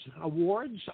Awards